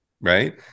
Right